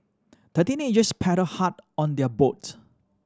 the teenagers paddle hard on their boat